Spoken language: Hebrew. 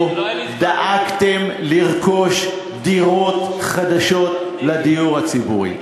לא דאגתם לרכוש דירות חדשות לדיור הציבורי?